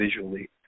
visually